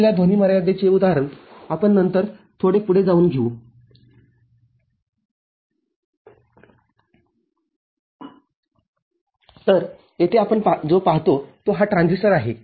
तर हे आउटपुट उच्च आपण अशा बर्याच गेट्सशी जोडणी करत आहोत बरोबर आणि जेव्हा जेव्हा याची जोडणी होत आहे यामधून बेस विद्युतधारा वाहत आहे बरोबर